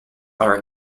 are